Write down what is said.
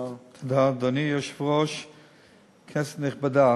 אבל אני מבין